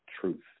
truth